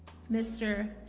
mr